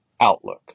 outlook